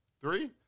three